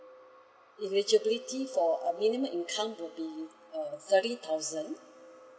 eligibility for uh minimum income will be uh thirty thousand